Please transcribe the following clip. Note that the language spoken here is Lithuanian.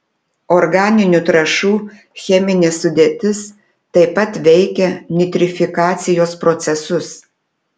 organinių trąšų cheminė sudėtis taip pat veikia nitrifikacijos procesus